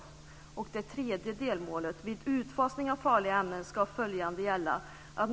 Enligt det tredje delmålet ska vid utfasning av farliga ämnen följande gälla.